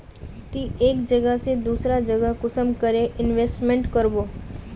ती एक जगह से दूसरा जगह कुंसम करे इन्वेस्टमेंट करबो?